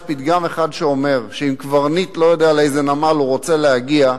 יש פתגם אחד שאומר שאם קברניט לא יודע לאיזה נמל הוא רוצה להגיע,